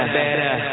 better